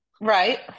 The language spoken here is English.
Right